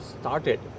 started